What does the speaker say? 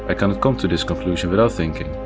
ah kind of come to this conclusion without thinking,